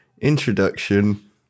introduction